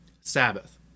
Sabbath